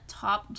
top